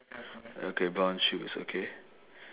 okay brown shoes okay